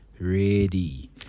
ready